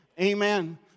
amen